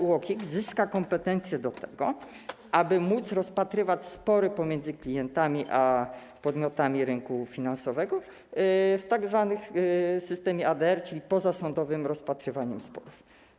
UOKiK zyska także kompetencje do tego, aby móc rozpatrywać spory pomiędzy klientami a podmiotami rynku finansowego w tzw. systemie ADR, czyli pozasądowym rozpatrywaniem sporów.